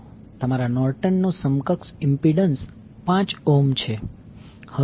તમારા નોર્ટન નો સમકક્ષ ઇમ્પિડન્સ 5 ઓહ્મ છે